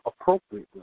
appropriately